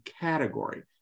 category